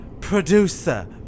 producer